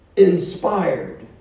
inspired